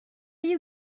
you